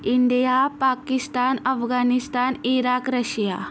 India Pakistan Afghanistan Iraq Russia